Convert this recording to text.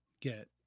get